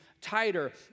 tighter